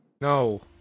No